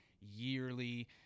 yearly